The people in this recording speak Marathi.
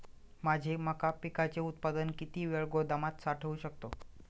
माझे मका पिकाचे उत्पादन किती वेळ गोदामात साठवू शकतो?